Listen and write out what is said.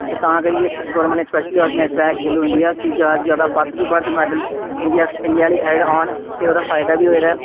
ते तां करियै गोरमैंट नै स्पैशयली आर्गनइज कराया खेलो इंडिया कि ज्यादा तो ज्यादा बध्द तो बध्द मैडल इंडिया इंडिया आह्ली साइड औन ते ओह्दा फायदा बी होए दा ऐ